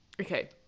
okay